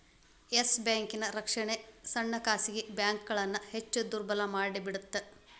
S ಬ್ಯಾಂಕಿನ್ ರಕ್ಷಣೆ ಸಣ್ಣ ಖಾಸಗಿ ಬ್ಯಾಂಕ್ಗಳನ್ನ ಹೆಚ್ ದುರ್ಬಲಮಾಡಿಬಿಡ್ತ್